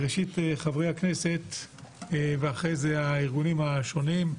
ראשית, חברי הכנסת ואחרי זה הארגונים השונים,